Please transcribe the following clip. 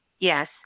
Yes